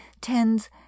tends